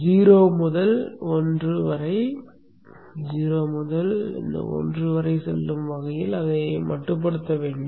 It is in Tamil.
0 முதல் 1 வரை 0 முதல் 1 வரை செல்லும் வகையில் அதை மட்டுப்படுத்த வேண்டும்